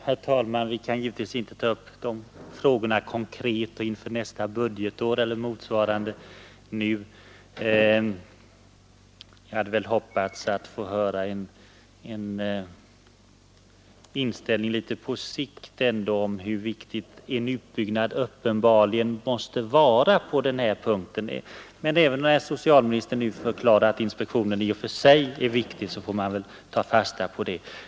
Herr talman! Vi kan givetvis inte nu ta upp de här frågorna konkret eller inför t.ex. just nästa budgetår. Men jag hade hoppats på att få höra inställningen på litet sikt om en utbyggnad på den här punkten. Men nu när socialministern har förklarat att inspektion i och för sig är viktig, får man väl ta fasta på det.